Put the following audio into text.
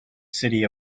city